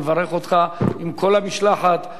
אני מברך אותך עם כל המשלחת.